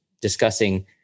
discussing